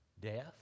death